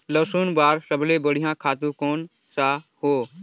लसुन बार सबले बढ़िया खातु कोन सा हो?